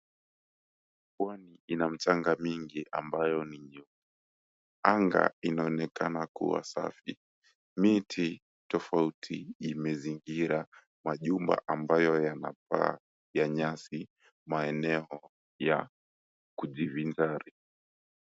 Pwani ina mchanga mingi ambayo ni nyeupe. Anga inaonekana kuwa safi. Miti tofauti imezingira majumba ambayo yana paa ya nyasi, maeneo ya kujivinjari.